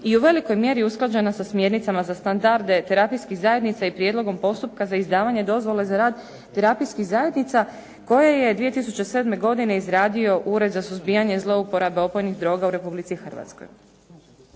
i u velikoj mjeri usklađena sa smjernicama za standarde terapijskih zajednica i prijedlogom postupka za izdavanje dozvole za rad terapijskih zajednica koje je 2007. godine izradio Ured za suzbijanje zlouporabe opojnih droga u Republici Hrvatskoj.